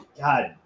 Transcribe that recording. God